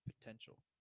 potential